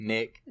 Nick